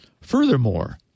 Furthermore